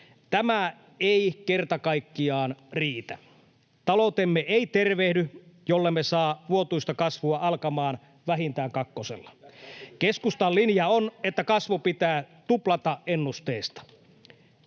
Tämä ei kerta kaikkiaan riitä. Taloutemme ei tervehdy, jollemme saa vuotuista kasvua alkamaan vähintään kakkosella. [Antti Kaikkonen: Tästä on kysymys!]